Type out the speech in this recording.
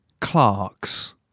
Clark's